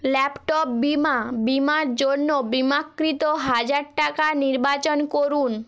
laptop বিমা বিমার জন্য বিমাকৃত হাজার টাকা নির্বাচন করুন